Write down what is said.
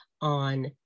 on